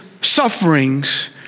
sufferings